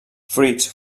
fruits